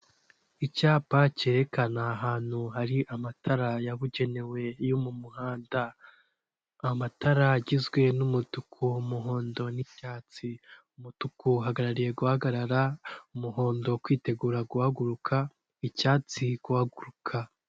Icyapa cyerekana ahantutu hari amatara yabugenewe yo mu muhanda, amatara agizwe n'umutuku umuhondo n'icyatsi. Umutuku uhagarariye guhagarara, umuhondo kwitegura guhaguruka, icyatsi guhaguruka.